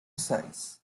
size